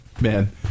Man